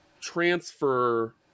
transfer